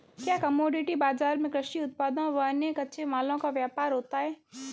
क्या कमोडिटी बाजार में कृषि उत्पादों व अन्य कच्चे मालों का व्यापार होता है?